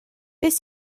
beth